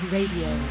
Radio